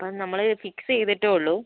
അപ്പോൾ നമ്മൾ ഫിക്സ് ചെയ്തിട്ടേ ഉള്ളൂ